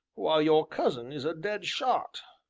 while your cousin is a dead shot.